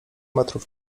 metrów